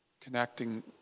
connecting